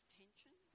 tension